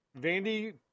Vandy